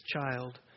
child